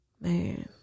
man